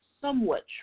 somewhat